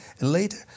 later